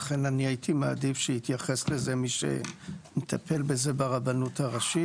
לכן אני הייתי מעדיף שיתייחס לזה מי שטיפל בזה ברבנות הראשית.